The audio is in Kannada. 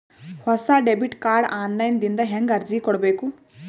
ಹೊಸ ಡೆಬಿಟ ಕಾರ್ಡ್ ಆನ್ ಲೈನ್ ದಿಂದ ಹೇಂಗ ಅರ್ಜಿ ಕೊಡಬೇಕು?